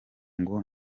ngo